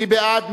מי בעד?